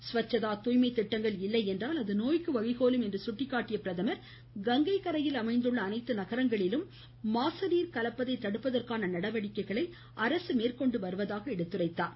ஸ்வச்சதா தூய்மை திட்டங்கள் இல்லை என்றால் அது நோய்க்கு வழிகோலும் என்று சுட்டிக்காட்டிய அவர் கங்கை கரையில் அமைந்துள்ள அனைத்து நகரங்களிலும் மாசு நீர் கலப்பதை தடுப்பதற்கான நடவடிக்கையை அரசு மேற்கொண்டுவருவதாக எடுத்துரைத்தாா